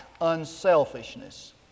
unselfishness